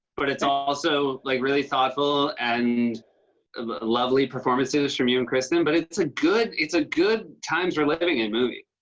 but it's also, like, really thoughtful and lovely performances from you and cristin. but it's a good it's a good times we're living in movie.